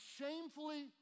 shamefully